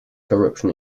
corruption